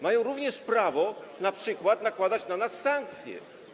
Mają również prawo np. nakładać na nas sankcje.